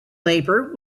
labor